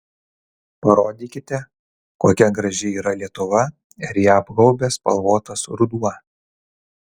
parodykite kokia graži yra lietuva ir ją apgaubęs spalvotas ruduo